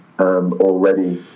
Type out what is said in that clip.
already